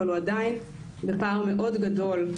אבל הוא עדיין בפער מאוד גדול,